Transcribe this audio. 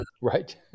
right